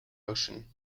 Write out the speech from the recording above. ocean